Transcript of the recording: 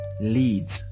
leads